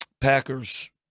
Packers